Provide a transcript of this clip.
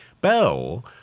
Bell